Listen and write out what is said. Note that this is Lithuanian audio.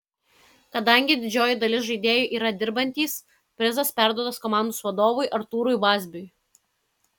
kadangi didžioji dalis žaidėjų yra dirbantys prizas perduotas komandos vadovui artūrui vazbiui